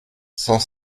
cent